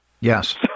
Yes